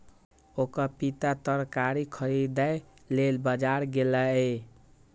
ओकर पिता तरकारी खरीदै लेल बाजार गेलैए